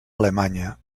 alemanya